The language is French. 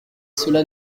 cela